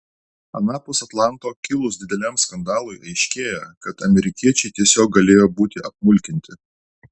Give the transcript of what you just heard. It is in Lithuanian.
anapus atlanto kilus dideliam skandalui aiškėja kad amerikiečiai tiesiog galėjo būti apmulkinti